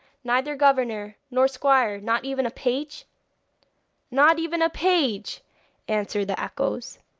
neither governor, nor squire, not even a page not even a page answered the echoes.